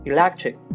Electric